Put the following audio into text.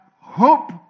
hope